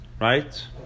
right